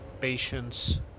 patients